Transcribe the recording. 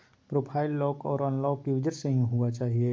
profile lock आर unlock user से ही हुआ चाहिए